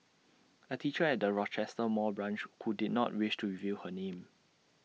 A teacher at the Rochester mall branch who did not wish to reveal her name